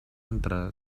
entre